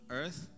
earth